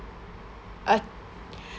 a